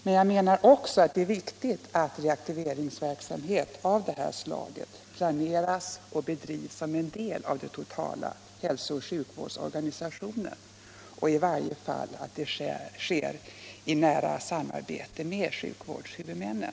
Men jag menar också att det är viktigt att reaktiveringsverksamhet av detta slag planeras och bedrivs som en del av den totala hälsooch sjukvårdsorganisationen och att det i varje fall bör ske i nära samarbete med sjukvårdshuvudmännen.